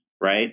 right